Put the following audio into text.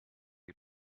you